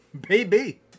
Baby